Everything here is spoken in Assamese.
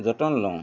যতন লওঁ